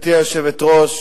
גברתי היושבת-ראש,